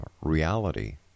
reality